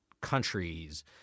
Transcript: countries